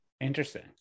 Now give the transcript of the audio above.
interesting